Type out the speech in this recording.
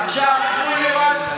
עכשיו, תנו לי רק,